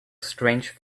strange